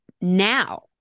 now